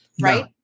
right